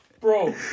Bro